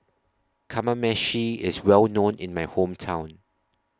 Kamameshi IS Well known in My Hometown